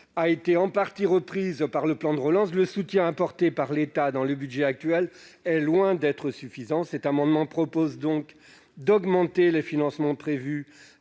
a été en partie reprise dans le plan de relance, le soutien apporté par l'État dans le budget actuel est loin d'être suffisant. Cet amendement a donc pour objet d'augmenter les financements prévus